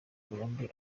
colombe